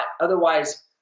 Otherwise